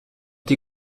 die